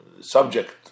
subject